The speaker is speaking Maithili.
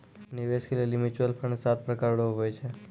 निवेश के लेली म्यूचुअल फंड सात प्रकार रो हुवै छै